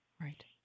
Right